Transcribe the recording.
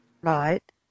Right